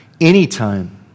anytime